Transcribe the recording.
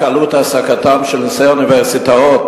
רק עלות העסקתם של נשיאי האוניברסיטאות